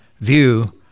view